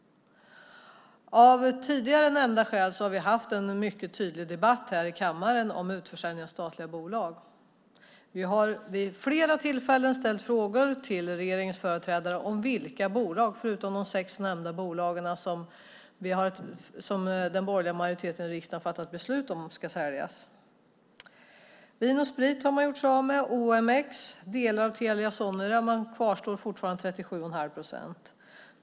Av tidigare nämnda skäl har vi haft en mycket tydlig debatt här i kammaren om utförsäljning av statliga bolag. Vi har vid flera tillfällen ställt frågor till regeringens företrädare om vilka bolag, förutom de sex nämnda, som den borgerliga majoriteten i riksdagen har fattat beslut om ska säljas. Vin & Sprit har man gjort sig av med liksom OMX och delar av Telia Sonera - där kvarstår man fortfarande med 37 1⁄2 procent.